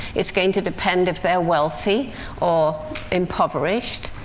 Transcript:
it's going to depend if they're wealthy or impoverished.